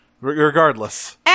Regardless